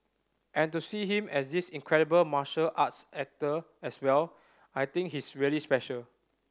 and to see him as this incredible martial arts actor as well I think he's really special